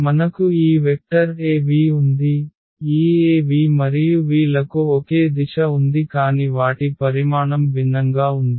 మనకు ఈ vector Av ఉంది ఈ Av మరియు v లకు ఒకే దిశ ఉంది కాని వాటి పరిమాణం భిన్నంగా ఉంది